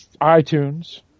iTunes